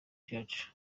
cyacu